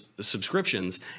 subscriptions